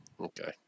Okay